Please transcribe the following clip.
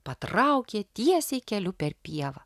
patraukė tiesiai keliu per pievą